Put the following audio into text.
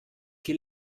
che